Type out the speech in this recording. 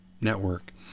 Network